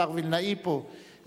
השר וילנאי פה,